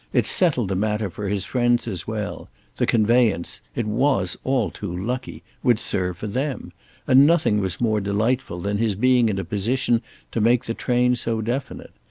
it settled the matter for his friends as well the conveyance it was all too lucky would serve for them and nothing was more delightful than his being in a position to make the train so definite.